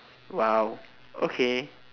!wow! okay